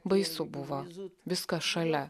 baisu buvo viskas šalia